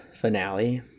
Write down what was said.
finale